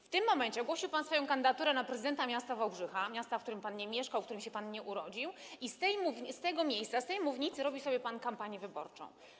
W tym momencie zgłosił pan swoją kandydaturę na prezydenta miasta Wałbrzycha, miasta, w którym pan nie mieszkał, w którym się pan nie urodził, i z tego miejsca, z tej mównicy, robi sobie pan kampanię wyborczą.